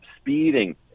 speeding